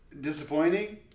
Disappointing